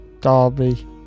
Derby